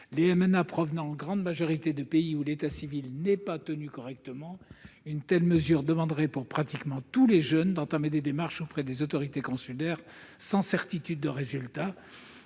Les MNA provenant en grande majorité de pays où l'état civil n'est pas tenu correctement, une telle mesure nécessiterait que tous les jeunes ou presque entament des démarches auprès des autorités consulaires, sans certitude de résultat,